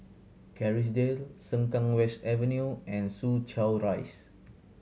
Kerrisdale Sengkang West Avenue and Soo Chow Rise